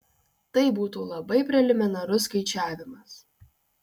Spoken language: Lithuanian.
tai būtų labai preliminarus skaičiavimas